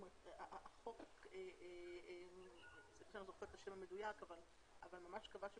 החוק ממש קבע,